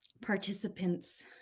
participants